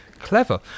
Clever